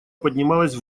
поднималась